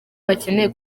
bakeneye